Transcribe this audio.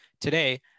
Today